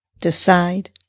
decide